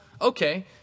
Okay